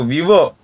Vivo